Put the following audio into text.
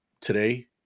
today